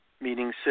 meaning